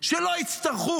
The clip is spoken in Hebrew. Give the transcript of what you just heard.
שלא יצטרכו,